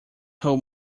hold